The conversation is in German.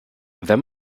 wenn